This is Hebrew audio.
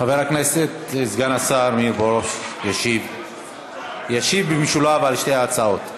חבר הכנסת סגן השר מאיר פרוש ישיב במשולב על שתי ההצעות.